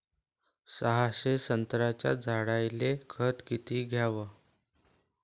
सहाशे संत्र्याच्या झाडायले खत किती घ्याव?